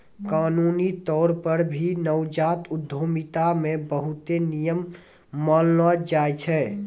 कानूनी तौर पर भी नवजात उद्यमिता मे बहुते नियम मानलो जाय छै